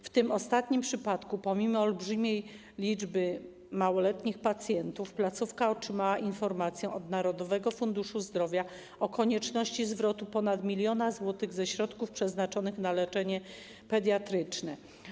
W tym ostatnim przypadku, pomimo olbrzymiej liczby małoletnich pacjentów, placówka otrzymała informację od Narodowego Funduszu Zdrowia o konieczności zwrotu ponad 1 mln zł ze środków przeznaczonych na leczenie pediatryczne.